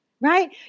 right